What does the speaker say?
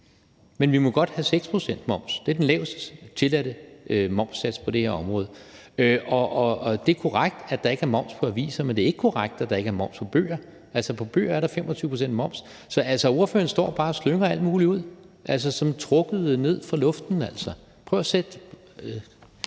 men vi må godt have 6 pct. moms. Det er den lavest tilladte momssats på det her område, og det er korrekt, at der ikke er moms på aviser. Men det er ikke korrekt, at der ikke er moms på bøger. På bøger er der 25 pct. moms. Så ordføreren står bare og slynger alt muligt ud, altså som trukket ned fra luften. Og der